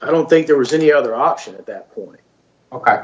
i don't think there was any other option at that point